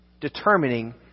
determining